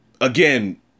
Again